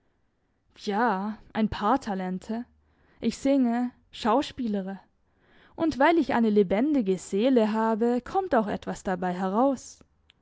ja ein paar talente ich singe schauspielere und weil ich eine lebendige seele habe kommt auch etwas dabei heraus